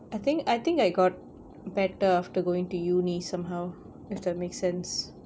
I think I think I got better after going to uni somehow if that makes sense